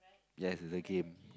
yes it's a game